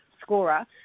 scorer